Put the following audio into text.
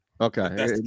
okay